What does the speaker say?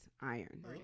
iron